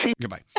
Goodbye